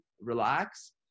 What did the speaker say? relax